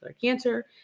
cancer